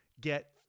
get